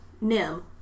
Nim